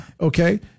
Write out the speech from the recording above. Okay